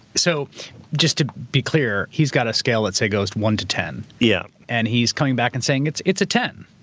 so just to be clear, he's got a scale, let's say goes one to ten yeah and he's coming back and saying it's a ten.